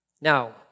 Now